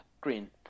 green